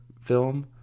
film